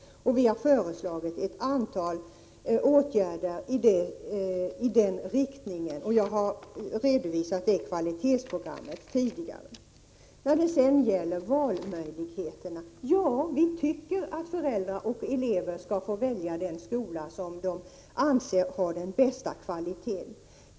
Ett antal åtgärder i den riktningen har vi föreslagit, och jag har redovisat vårt kvalitetsprogram tidigare. När det gäller valmöjligheterna tycker vi att föräldrar och elever skall få välja den skola som de anser ha den bästa kvaliteten.